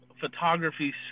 photography